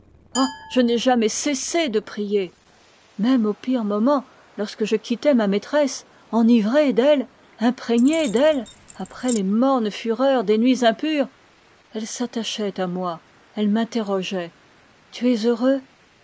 je n'ai jamais cessé de prier même aux pires moments lorsque je quittais ma maîtresse enivré d'elle imprégné d'elle après les mornes fureurs des nuits impures elle s'attachait à moi elle m'interrogeait tu es heureux